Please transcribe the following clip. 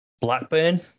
Blackburn